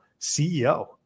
CEO